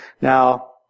Now